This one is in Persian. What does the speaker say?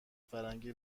فرنگی